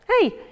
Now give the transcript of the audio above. Hey